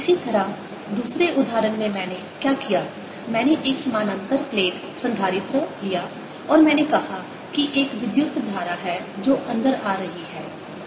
इसी तरह दूसरे उदाहरण में मैंने क्या किया मैंने एक समानांतर प्लेट संधारित्र लिया और मैंने कहा कि एक विद्युत धारा है जो अंदर आ रही है जो कि I t है